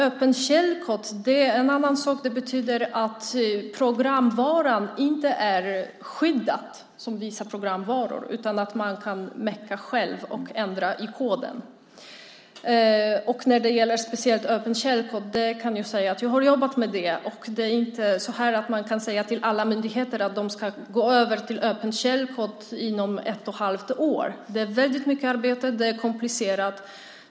Öppen källkod är en annan sak. Det betyder att programvaran inte är skyddad, utan att man kan meka själv och ändra i koden. Öppen källkod är något jag har jobbat med. Man kan inte säga till alla myndigheter att de ska gå över till öppen källkod inom ett och ett halvt år. Det är väldigt mycket arbete och det är komplicerat.